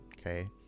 okay